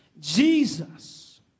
Jesus